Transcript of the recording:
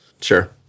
sure